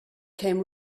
came